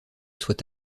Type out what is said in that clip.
soit